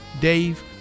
Dave